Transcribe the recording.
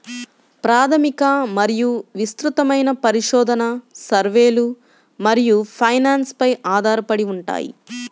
ప్రాథమిక మరియు విస్తృతమైన పరిశోధన, సర్వేలు మరియు ఫైనాన్స్ పై ఆధారపడి ఉంటాయి